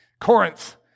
Corinth